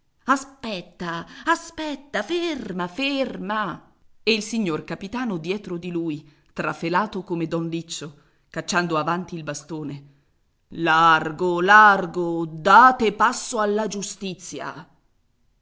aspetta aspetta ferma ferma e il signor capitano dietro di lui trafelato come don liccio cacciando avanti il bastone largo largo date passo alla giustizia